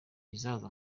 izaza